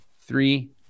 three